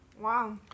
Wow